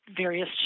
various